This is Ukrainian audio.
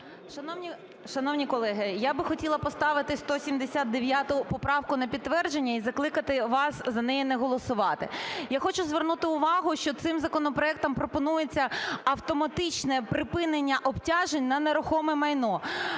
Шановні колеги, я б хотіла поставити 179 поправку на підтвердження і закликати вас за неї не голосувати. Я хочу звернути увагу, що цим законопроектом пропонується автоматичне припинення обтяжень на нерухоме майно.